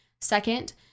Second